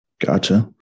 Gotcha